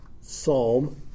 psalm